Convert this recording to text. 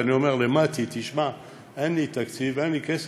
ואני אומר למתי: תשמע, אין לי תקציב, אין לי כסף.